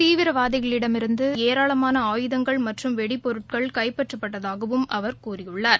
தீவிரவாதிகளிடமிருந்துஏராளமான ஆயுதங்கள் மற்றும் வெடிப்பொருட்கள் கைப்பற்றப்பட்டதாகவும் அவர் கூறியுள்ளார்